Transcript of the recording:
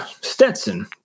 Stetson